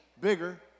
bigger